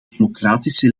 democratische